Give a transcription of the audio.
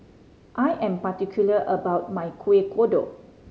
I am particular about my Kuih Kodok